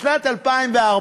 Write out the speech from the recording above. בשנת 2014,